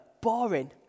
boring